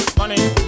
money